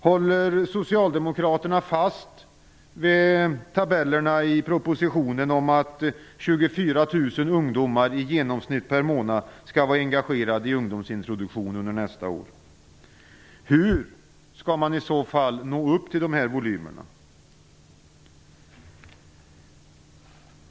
Håller socialdemokraterna fast vid tabellerna i propositionen om att i genomsnitt 24 000 ungdomar per månad skall vara engagerade i ungdomsintroduktion under nästa år? Hur skall man i så fall nå upp till de här volymerna?